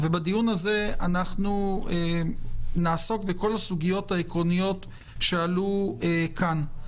בדיון הזה אנחנו נעסוק בכל הסוגיות העקרוניות שעלו כאן.